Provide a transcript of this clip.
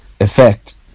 effect